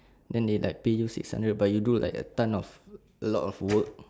then they like pay you six hundred but you do like a ton of a lot of work